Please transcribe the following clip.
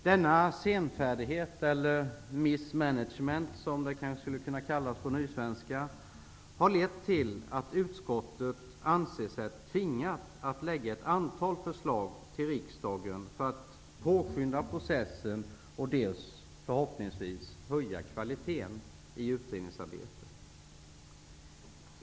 Denna senfärdighet -- eller missmanagement, som det skulle kunna kallas på nysvenska -- har lett till att utskottet har ansett sig tvingat att lägga fram ett antal förslag till riksdagen för att dels påskynda processen, dels förhoppningsvis höja kvaliteten i utredningsarbetet.